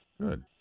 good